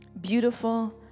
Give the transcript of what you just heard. beautiful